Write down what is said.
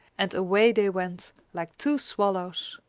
and away they went like two swallows,